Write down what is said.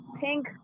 pink